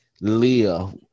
Leah